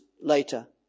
later